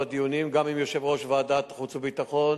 וגם בדיונים עם יושב-ראש ועדת החוץ והביטחון,